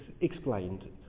explained